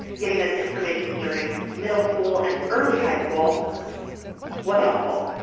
giving them information during middle school and early high school was helpful.